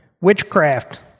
Witchcraft